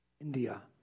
India